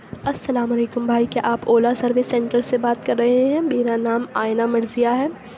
السّلام علیکم بھائی کیا آپ اولا سروس سینٹر سے بات کر رہے ہیں میرا نام آئنہ مرزیا ہے